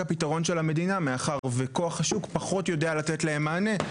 פתרון של המדינה מאחר וכוח השוק פחות יודע לתת להם מענה,